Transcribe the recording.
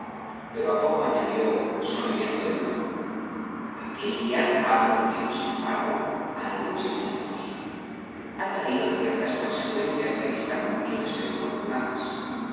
pero a poco añadió sonriendo de nuevo aquel día ha producido sin embargo algunos efectos ha traído ciertas consecuencias que distan mucho de ser infortunadas